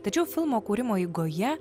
tačiau filmo kūrimo eigoje